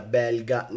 belga